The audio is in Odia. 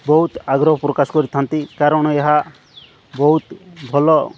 ବହୁତ ଆଗ୍ରହ ପ୍ରକାଶ କରିଥାନ୍ତି କାରଣ ଏହା ବହୁତ ଭଲ